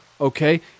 okay